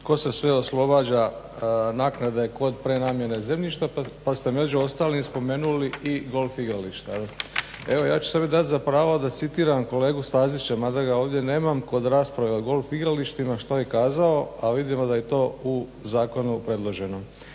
tko se sve oslobađa naknade kod prenamjene zemljišta, pa ste među ostalim spomenuli i golf igrališta. Evo ja ću sebi dati za pravo da citiram kolegu Stazića mada ga ovdje nema kod rasprave o golf igralištima što je kazao, a vidimo da je to u zakonu predloženo.